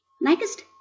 Next